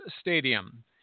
Stadium